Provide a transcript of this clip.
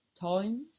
times